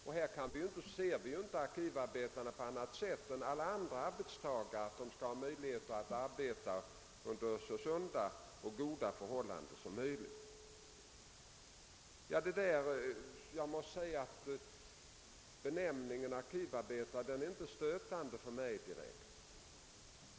Vi betraktar därvid inte arkivarbetarna annorlunda än alla andra arbetstagare, de skall ha möjlighet att arbeta under så sunda och goda förhållanden som möjligt. Benämningen arkivarbetare verkar inte stötande på mig.